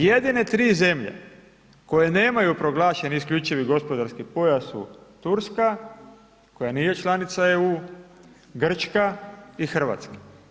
Jedine tri zemlje koje nemaju proglašen isključivi gospodarski pojas su Turska, koja nije članica EU, Grčka i Hrvatska.